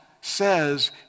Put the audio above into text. says